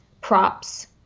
props